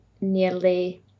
nearly